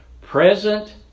present